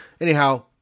anyhow